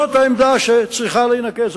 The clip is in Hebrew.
זאת העמדה שצריכה להינקט,